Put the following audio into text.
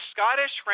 Scottish